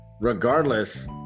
regardless